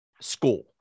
school